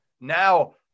Now